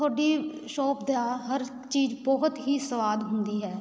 ਤੁਹਾਡੀ ਸ਼ੋਪ ਦਾ ਹਰ ਚੀਜ਼ ਬਹੁਤ ਹੀ ਸਵਾਦ ਹੁੰਦੀ ਹੈ